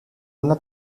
una